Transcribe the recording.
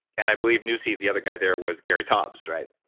and i believe nsi, the other guy there was gary tobbs right?